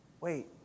wait